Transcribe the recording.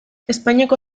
espainiako